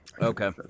Okay